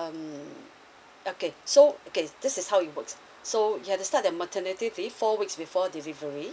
um okay so okay this is how it works so you have to start your maternity leave four weeks before delivery